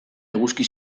eguzki